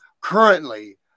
currently